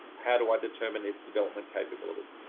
how do i determine its development capability.